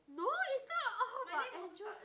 no is not all about andrew